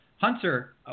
Hunter